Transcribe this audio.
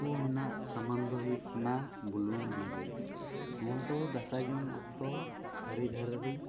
ᱩᱠᱩ ᱢᱮᱱᱟᱜ ᱥᱟᱢᱟᱱ ᱫᱚ ᱦᱩᱭᱩᱜ ᱠᱟᱱᱟ ᱵᱩᱞᱩᱝ ᱢᱟᱹᱨᱤᱪ ᱱᱚᱣᱟ ᱫᱚ ᱫᱟᱠᱟ ᱡᱚᱢ ᱚᱠᱛᱚ ᱛᱷᱟᱹᱨᱤ ᱫᱷᱟᱨᱮ ᱨᱮᱧ ᱫᱚᱦᱚ ᱠᱟᱜᱼᱟ